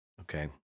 Okay